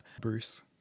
Bruce